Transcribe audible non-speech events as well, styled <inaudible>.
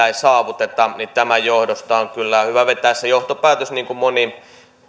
<unintelligible> ei saavuteta tämän johdosta on kyllä hyvä vetää se johtopäätös niin kuin moni